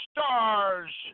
Stars